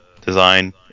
design